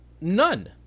none